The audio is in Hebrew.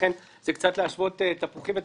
ולכן זה קצת להשוות תפוחים ותפוזים.